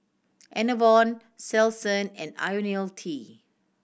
Enervon Selsun and Ionil T